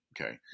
Okay